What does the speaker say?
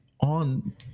on